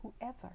whoever